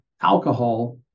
alcohol